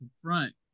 confront